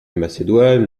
macédoine